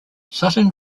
sutton